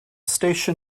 station